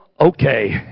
okay